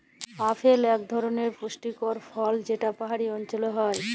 apple ইক ধরলের পুষ্টিকর ফল যেট পাহাড়ি অল্চলে হ্যয়